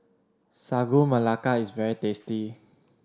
Sagu Melaka is very tasty